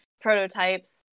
prototypes